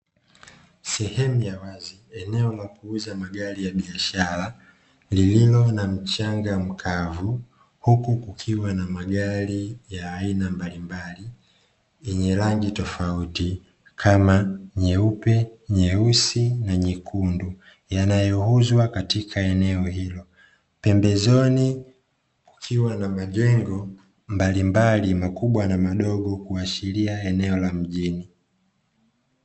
Sehemu ya wazi eneo la kuuza magari ya biashara lililo na mchanga mkavu, huku kukiwa na magari ya aina mbalimbali yenye rangi tofauti, kama Nyeupe Nyeusi na Nyekundu. Yanayouzwa katika eneo hilo pembezoni kukiwa na majengo mbalimbali makubwa na madogo kuashiria eneo la mjini.